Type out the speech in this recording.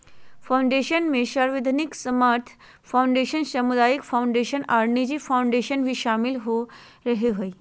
foundation मे सार्वजनिक धर्मार्थ फ़ाउंडेशन, सामुदायिक फ़ाउंडेशन आर निजी फ़ाउंडेशन भी शामिल रहो हय,